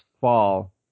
fall